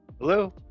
Hello